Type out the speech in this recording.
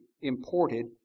imported